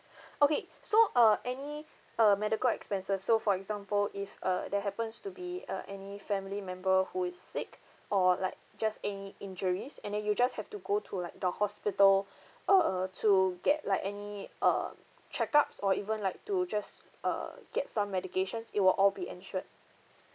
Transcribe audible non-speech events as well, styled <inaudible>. okay so uh any uh medical expenses so for example if uh that happens to be uh any family member who is sick or like just any injuries and then you just have to go to like the hospital <breath> err to get like any err check-ups or even like to just err get some medications it will all be insured